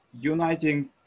uniting